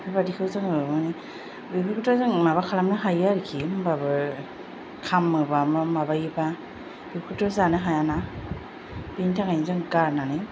बेफोरबादिखौ जोङो माने बेफोरखौथ' जों माबा खालामनो हायो आरोखि होमब्लाबो खामोब्ला बा माबायोब्ला बेखौथ' जानो हायाना बिनि थाखायनो जों गारनानै